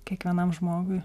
kiekvienam žmogui